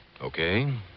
Okay